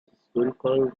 historically